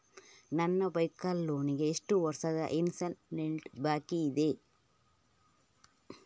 ನನ್ನ vehicle loan ಗೆ ಎಷ್ಟು ವರ್ಷದ ಇನ್ಸ್ಟಾಲ್ಮೆಂಟ್ ಬಾಕಿ ಇದೆ?